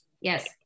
Yes